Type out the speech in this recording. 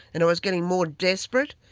and i was getting more desperate.